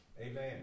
Amen